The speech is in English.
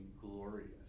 glorious